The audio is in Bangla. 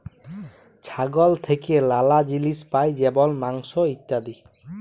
ছাগল থেক্যে লালা জিলিস পাই যেমল মাংস, ইত্যাদি